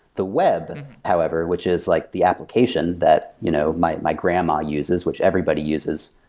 the web, however, which is like the application that you know my my grandma uses, which everybody uses,